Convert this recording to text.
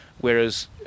whereas